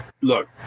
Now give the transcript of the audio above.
look